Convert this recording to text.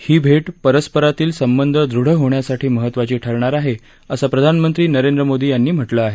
ही भेट परस्परातील संबंध दृढ होण्यासाठी महत्वाची ठरणार आहे असं प्रधानमंत्री नरेंद्र मोदी यांनी म्हटलं आहे